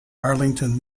arlington